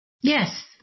Yes